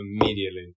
immediately